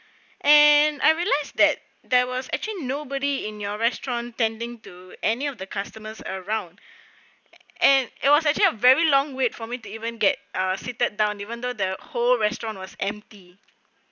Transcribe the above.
and I realised that there was actually nobody in your restaurant tending to any of the customers around and it was actually a very long wait for me to even get a seated down even though the whole restaurant was empty